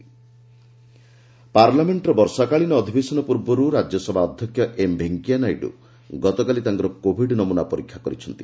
ନାଇଡ୍ session ପାର୍ଲାମେଷ୍ଟ୍ର ବର୍ଷାକାଳୀନ ଅଧିବେଶନ ପୂର୍ବରୁ ରାଜ୍ୟସଭା ଅଧ୍ୟକ୍ଷ ଏମ୍ ଭେଙ୍କିୟା ନାଇଡୁ ଗତକାଲି ତାଙ୍କର କୋବିଡ୍ ନମୁନା ପରୀକ୍ଷା କରିଛନ୍ତି